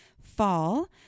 fall